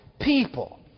people